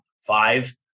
five